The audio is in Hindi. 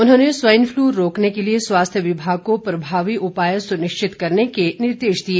उन्होंने स्वाइन फ्लू रोकने के लिए स्वास्थ्य विभाग को प्रभावी उपाय सुनिश्चित करने के निर्देश दिए